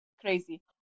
crazy